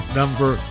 number